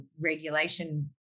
regulation